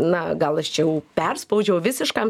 na gal aš čia jau perspaudžiau visiškam